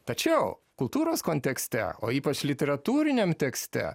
tačiau kultūros kontekste o ypač literatūriniam tekste